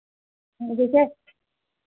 जैसे